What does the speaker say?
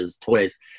toys